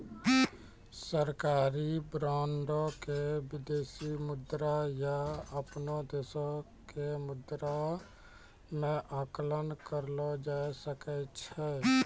सरकारी बांडो के विदेशी मुद्रा या अपनो देशो के मुद्रा मे आंकलन करलो जाय सकै छै